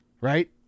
right